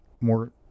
more